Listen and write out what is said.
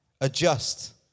Adjust